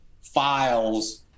files